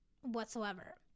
whatsoever